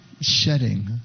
shedding